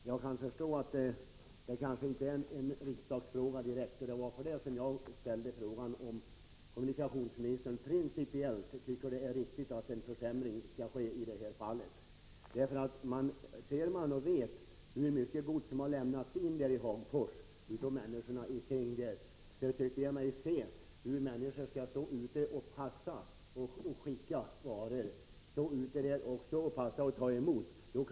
Herr talman! Jag kan förstå att detta kanske inte direkt är en riksdagsfråga. Det var därför som jag undrade om kommunikationsministern principiellt tycker att det är riktigt att en försämring skall ske i detta fall. När jag vet hur mycket gods som har lämnats in på godsmagasinet i Hagfors av människorna i trakten, har jag svårt att se hur människorna skall kunna stå ute och passa bilar för att skicka och ta emot varor.